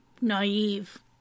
naive